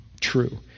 true